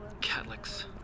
Catholics